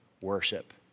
worship